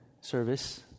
service